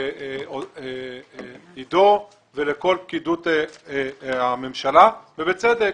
לעידו ולכל פקידות הממשלה, ובצדק.